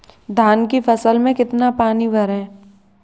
धान की फसल में कितना पानी भरें?